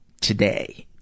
today